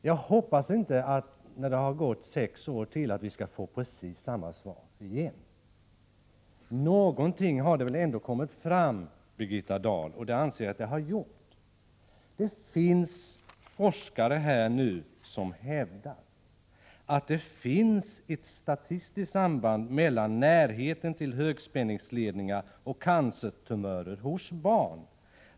Jag hoppas att vi, när det gått ytterligare sex år, inte får precis samma svar på nytt. Någonting har väl ändå kommit fram, Birgitta Dahl. Det anser i varje fall jag. Vissa forskare hävdar att det finns ett statistiskt samband mellan närheten till högspänningsledningar och cancertumörer hos barn.